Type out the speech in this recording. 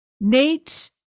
Nate